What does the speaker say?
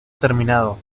terminado